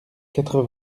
quatre